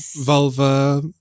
vulva